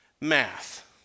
math